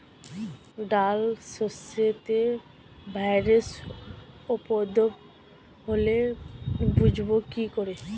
ডাল শস্যতে ভাইরাসের উপদ্রব হলে বুঝবো কি করে?